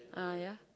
ah yeah